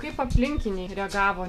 kaip aplinkiniai reagavo